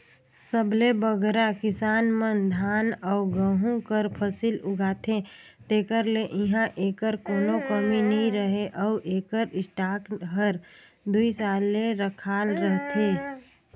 सबले बगरा किसान मन धान अउ गहूँ कर फसिल उगाथें तेकर ले इहां एकर कोनो कमी नी रहें अउ एकर स्टॉक हर दुई साल ले रखाल रहथे